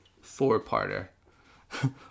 four-parter